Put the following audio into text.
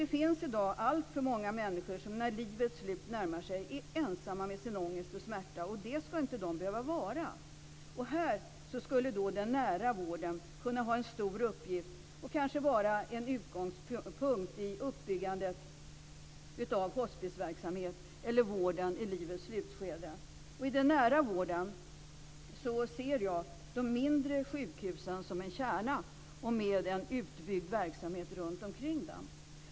Det finns i dag alltför många människor som är ensamma med sin ångest och sin smärta när livets slut närmar sig, och det skall de inte behöva vara. Här skulle den nära vården kunna ha en stor uppgift och kanske vara en utgångspunkt i uppbyggandet av hospisverksamhet eller vård i livets slutskede. I den nära vården ser jag de mindre sjukhusen som en kärna, med en utbyggd verksamhet runtomkring.